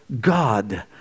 God